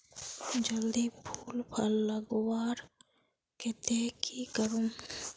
जल्दी फूल फल लगवार केते की करूम?